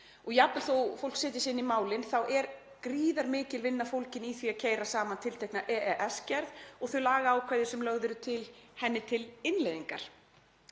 Jafnvel þó að fólk setji sig inn í málin er gríðarmikil vinna fólgin í því að keyra saman tiltekna EES-gerð og þau lagaákvæði sem lögð eru til henni til innleiðingar.